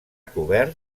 cobert